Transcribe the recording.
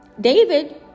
David